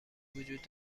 وجود